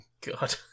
God